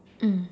mm